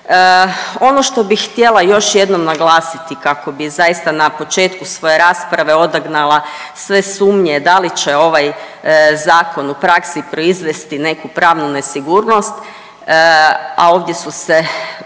Ono što bih htjela još jednom naglasiti kako bih zaista na početku svoje rasprave odagnala sve sumnje da li će ovaj zakon u praksi proizvesti neku pravnu nesigurnost, a ovdje su se